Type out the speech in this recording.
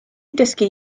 dysgu